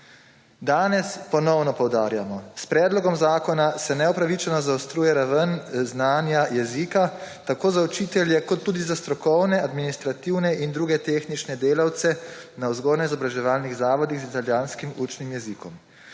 Danes ponovno poudarjamo, s predlogom zakona se neupravičeno zaostruje raven znanja jezika tako za učitelje kot tudi za strokovne, administrativne in druge tehnične delavce v vzgojno-izobraževalnih zavodih z madžarskim učnim jezikom.